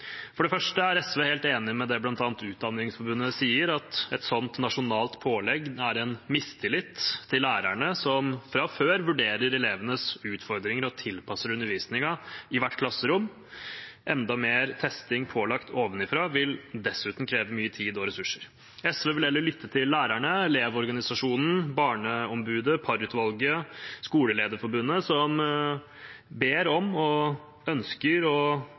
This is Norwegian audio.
For det første er SV helt enig med det bl.a. Utdanningsforbundet sier, at et sånt nasjonalt pålegg er en mistillit til lærerne, som fra før vurderer elevenes utfordringer og tilpasser undervisningen i hvert klasserom. Enda mer testing pålagt ovenfra, vil dessuten kreve mye tid og ressurser. SV vil heller lytte til lærerne, Elevorganisasjonen, Barneombudet, Parr-utvalget og Skolelederforbundet som ber om og ønsker å